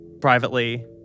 privately